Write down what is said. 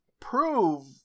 prove